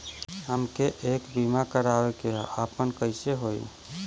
हमके एक बीमा करावे के ह आपन कईसे होई?